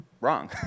wrong